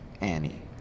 Annie